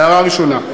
הערה ראשונה.